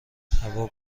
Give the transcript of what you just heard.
هوا